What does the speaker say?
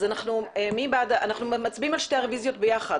אנחנו מצביעים על שתי הרביזיות ביחד.